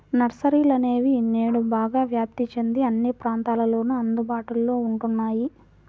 నర్సరీలనేవి నేడు బాగా వ్యాప్తి చెంది అన్ని ప్రాంతాలలోను అందుబాటులో ఉంటున్నాయి